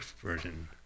version